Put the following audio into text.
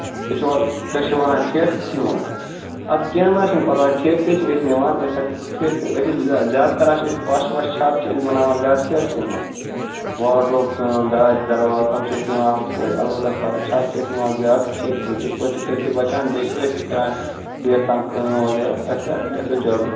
تُہۍ چھِوا تُہۍ چھِوا وَنان ٹھیٖکسٕے منٛز اَدٕ کیٚنٛہہ نہ حظ چھُنہٕ پَرواے ٹھیکسٕے چھِ أسۍ نِوان أسۍ ہیٚکَو ٹھیکہٕ أسۍ ہے چھِ زیادٕ تر ہسا چھِ أسۍ پش وَش چھت چھِ أسۍ بَناوان زیادٕ ٹھیکسٕے منٛز واڈروب کٲم دارِ دروازٕ تِم چھِ أسۍ نِوان ہُتھٕ پٲٹھۍ البتہٕ چھت چھِ أسۍ نِوان زیادٕ چھِ أسۍ تِتھٕ پٲٹھۍ چھِ تُہۍ تہِ بَچان بیٚیہِ چھِ أسۍ تہِ کران ژیر تام کٲم وغیرہ تۄہہِ تہِ گژھوٕ جلدی